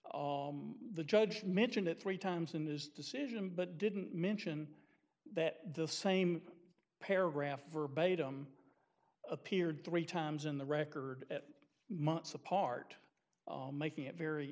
the judge mentioned it three times in his decision but didn't mention that the same paragraph verbatim appeared three times in the record months apart making it very